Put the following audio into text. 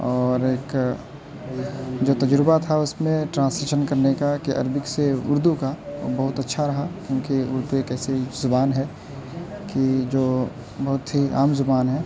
اور ایک جو تجربہ تھا اس میں ٹرانسلیشن کرنے کا کہ عربک سے اردو کا وہ بہت اچھا رہا کیونکہ اردو ایک ایسی زبان ہے کی جو بہت ہی عام زبان ہے